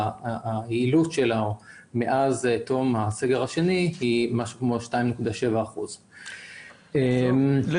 היעילות שלו מאז תום הסגר השני היא משהו כמו 2.7%. מה